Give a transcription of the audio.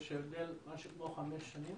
יש הבדל של כחמש שנים?